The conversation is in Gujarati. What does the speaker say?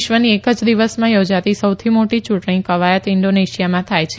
વિશ્વની એક જ દિવસમાં યોજાતી સૌથી મોટી યુંટણી કવાયત ઈન્ડોનેશિયામાં થાય છે